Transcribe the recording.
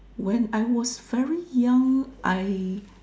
when I was very young I